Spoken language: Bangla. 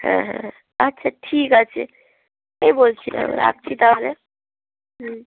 হ্যাঁ হ্যাঁ আচ্ছা ঠিক আছে ওটাই বলছিলাম রাখছি তাহলে হুম